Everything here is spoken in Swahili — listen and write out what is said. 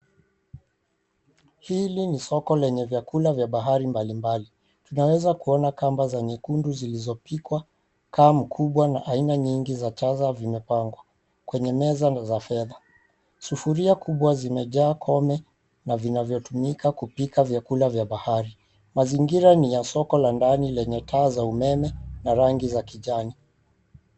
Hili ni soko lenye vyakula vya bahari mbalimbali. 𝑇𝑢𝑛𝑎𝑤𝑒𝑧𝑎 kuona kamba za nyekundu zilizopikwa, kaa mkubwa na aina nyingi za chaza vimepangwa, kwenye meza na za fedha. Sufuria kubwa zimejaa kome na vinavyotumika kupika vyakula vya bahari. Mazingira ni ya soko la ndani lenye taa za umeme, na rangi za kijani.